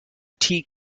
tea